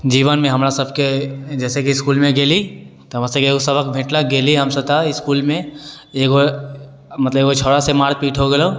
जीवनमे हमरा सबके जइसे कि इसकुलमे गेली तऽ हमरा सबक भेटलक गेली इसकुलमे एगो मतलब एगो छौड़ासँ मारपीट हो गेलक